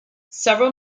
several